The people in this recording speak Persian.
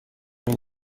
این